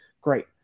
Great